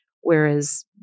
whereas